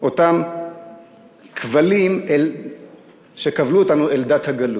אותם כבלים שכבלו אותנו אל דת הגלות.